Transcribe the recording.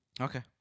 Okay